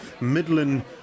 Midland